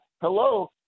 hello